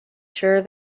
sure